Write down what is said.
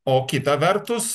o kita vertus